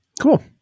Cool